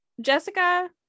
Jessica